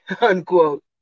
unquote